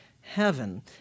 heaven